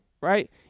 right